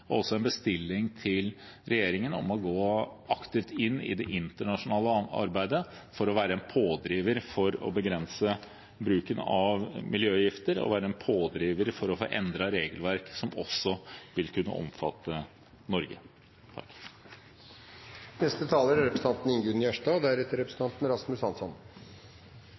en bestilling til regjeringen om å gå aktivt inn i det internasjonale arbeidet for å være en pådriver for å begrense bruken av miljøgifter og for å få endret regelverk som også vil kunne omfatte Norge.